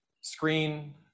screen